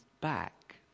back